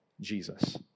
Jesus